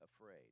afraid